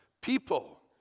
People